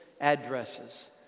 addresses